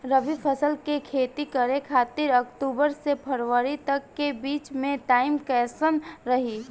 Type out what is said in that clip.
रबी फसल के खेती करे खातिर अक्तूबर से फरवरी तक के बीच मे टाइम कैसन रही?